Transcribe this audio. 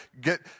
get